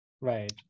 right